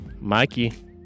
Mikey